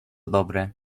dobre